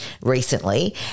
recently